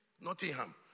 Nottingham